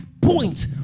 point